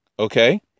Okay